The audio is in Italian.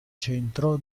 centro